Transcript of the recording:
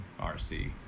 RC